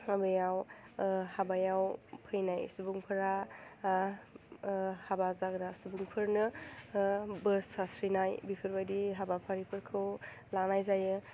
हाबायाव हाबायाव फैनाय सुबुंफोरा हाबा जाग्राफोरनो बोर सास्रिनाय बेफोरबायदि हाबाफारिफोरखौ लानाय जायो